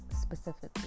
specifically